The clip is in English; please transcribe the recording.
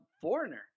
Foreigner